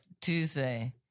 Tuesday